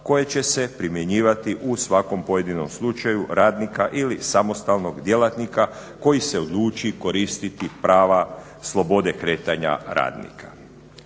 koje će se primjenjivati u svakom pojedinom slučaju radnika ili samostalnog djelatnika koji se odluči koristiti prava slobode kretanja radnika.